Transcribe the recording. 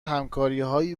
همکاریهایی